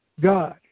God